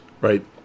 right